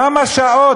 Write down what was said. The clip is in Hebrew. כמה שעות,